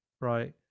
right